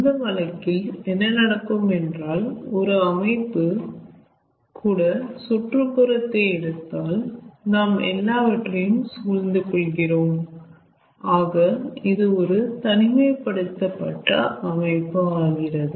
அந்த வழங்கில் என்ன நடக்கும் என்றால் ஒரு அமைப்பு கூட சுற்றுப்புறத்தை எடுத்தால் நாம் எல்லாவற்றையும் சூழ்ந்துகொள்கிறோம் ஆக இது ஒரு தனிமைப்படுத்தப்பட்ட அமைப்பு ஆகிறது